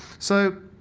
so